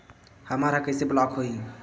हमर ह कइसे ब्लॉक होही?